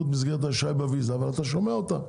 את מסגרת האשראי בוויזה אבל אתה שומע ואותם,